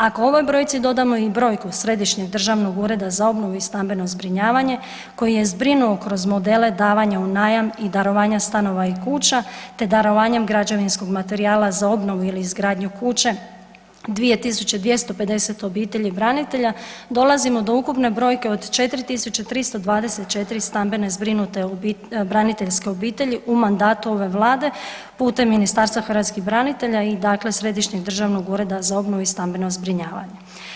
Ako ovoj brojci dodamo i brojku Središnjeg državnog ureda za obnovu i stambeno zbrinjavanje koji je zbrinuo kroz modele davanja u najam i darovanja stanova i kuća te darovanjem građevinskog materijala za obnovu ili izgradnju kuće 2250 obitelji branitelja, dolazimo do ukupne brojke od 4324 stambeno zbrinute braniteljske obitelji u mandatu ove Vlade putem Ministarstva hrvatskih branitelja i dakle Središnjeg državnog ureda za obnovu i stambeno zbrinjavanje.